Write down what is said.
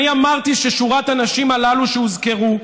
אני אמרתי ששורת הנשים הללו שהוזכרו,